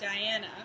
Diana